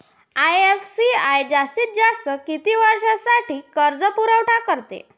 IFCI जास्तीत जास्त किती वर्षासाठी कर्जपुरवठा करते?